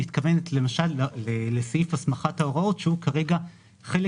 מתכוונת למשל לסעיף הסמכת ההוראות שהוא כרגע חלק